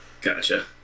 Gotcha